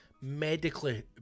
medically